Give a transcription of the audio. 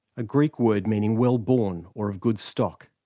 a greek word meaning well-born or of good stock.